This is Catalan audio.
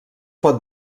pot